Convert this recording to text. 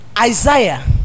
Isaiah